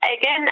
Again